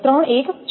3162 છે